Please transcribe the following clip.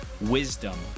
wisdom